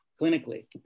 clinically